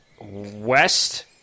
west